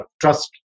trust